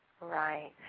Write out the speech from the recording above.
right